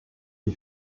die